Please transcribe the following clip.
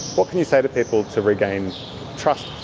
what can you say to people to regain trust?